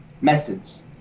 methods